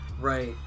right